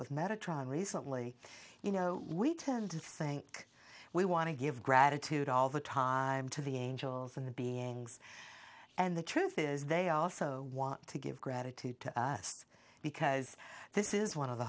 with mediterranean recently you know we tend to think we want to give gratitude all the time to the angels and the beings and the truth is they also want to give gratitude to us because this is one of the